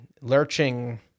Lurching